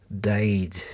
died